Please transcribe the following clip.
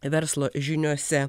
verslo žiniose